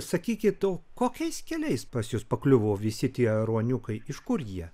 sakykit o kokiais keliais pas jus pakliuvo visi tie ruoniukai iš kur jie